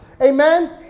Amen